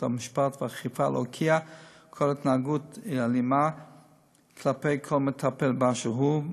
המשפט והאכיפה להוקיע כל התנהגות אלימה כלפי כל מטפל באשר הוא,